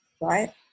right